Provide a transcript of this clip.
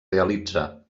realitza